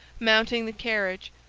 mounting the carriage,